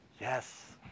Yes